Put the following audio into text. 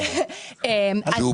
אציג את הנושא של מענק עבודה.